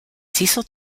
cecil